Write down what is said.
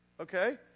okay